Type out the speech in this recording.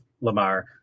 Lamar